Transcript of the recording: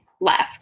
left